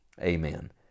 Amen